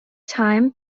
time